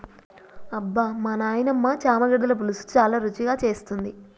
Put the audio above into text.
అబ్బమా నాయినమ్మ చామగడ్డల పులుసు చాలా రుచిగా చేస్తుంది